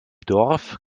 dorf